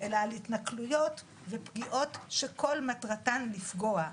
אלא על התנכלויות ופגיעות שכל המטרתן היא לפגוע.